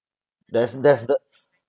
that's that's the